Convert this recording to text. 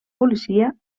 policia